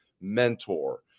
mentor